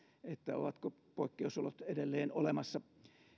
ovatko poikkeusolot edelleen olemassa